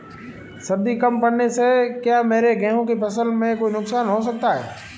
सर्दी कम पड़ने से क्या मेरे गेहूँ की फसल में कोई नुकसान हो सकता है?